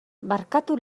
barkatu